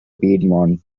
piedmont